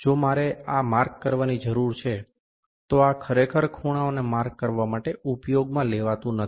જો મારે આ માર્ક કરવાની જરૂર છે તો આ ખરેખર ખૂણાઓને માર્ક કરવા માટે ઉપયોગમાં લેવાતું નથી